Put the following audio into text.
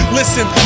listen